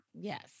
Yes